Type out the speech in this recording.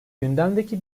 gündemdeki